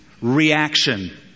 reaction